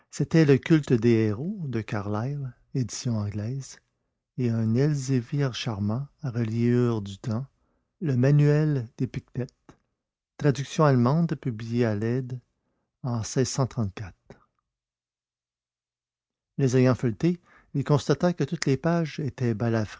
c'était le culte des héros de carlyle édition anglaise et un elzévir charmant à reliure du temps le manuel d'épictète traduction allemande publiée à leyde en les ayant feuilletés il constata que toutes les pages étaient